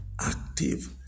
active